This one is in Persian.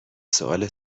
سوال